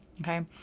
Okay